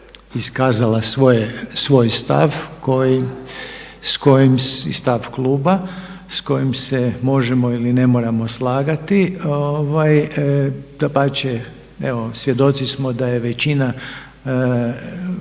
iskazala svoj stav i stav kluba s kojim se možemo ili ne moramo slagati. Dapače, evo svjedoci smo da je većina